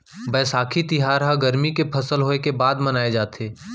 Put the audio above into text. बयसाखी तिहार ह गरमी के फसल होय के बाद मनाए जाथे